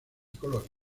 colonia